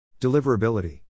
Deliverability